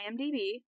IMDb